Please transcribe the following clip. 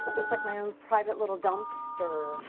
it's like my own private, little dumpster.